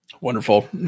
Wonderful